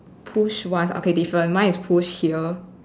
push once okay different mine is push here